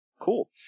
cool